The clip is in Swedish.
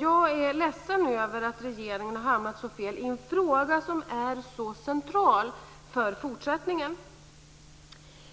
Jag är ledsen för att regeringen har hamnat så fel i en fråga som är så central för fortsättningen.